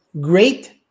great